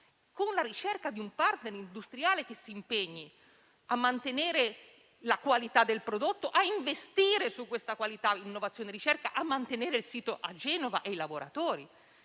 con la ricerca di un *partner* industriale che si impegni a mantenere la qualità del prodotto, a investire su questa qualità in innovazione e ricerca, a mantenere il sito a Genova e i lavoratori.